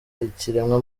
ikiremwa